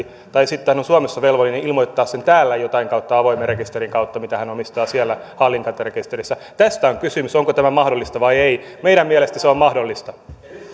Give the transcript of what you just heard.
tai sitten hän on suomessa velvollinen ilmoittamaan sen täällä jotain kautta avoimen rekisterin kautta mitä hän omistaa siellä hallintarekisterissä tästä on kysymys onko tämä mahdollista vai ei meidän mielestämme se on mahdollista